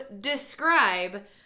describe